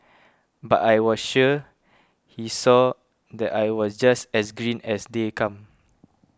but I was sure he saw that I was just as green as they come